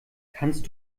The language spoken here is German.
kannst